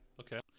Okay